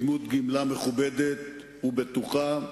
בדמות גמלה מכובדת ובטוחה,